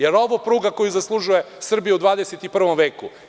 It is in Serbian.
Da li je ovo pruga koju zaslužuje Srbija u 21. veku?